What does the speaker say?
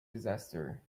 disaster